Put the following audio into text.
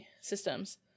systems